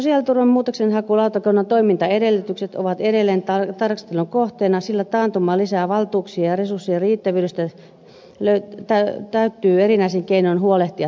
sosiaaliturvan muutoksenhakulautakunnan toimintaedellytykset ovat edelleen tarkastelun kohteena sillä taantuman johdosta valtuuksien ja resurssien riittävyydestä täytyy erinäisin keinoin huolehtia tulevaisuudessa